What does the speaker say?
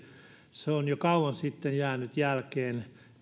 on jo kauan sitten jäänyt jälkeen